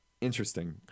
interesting